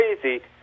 crazy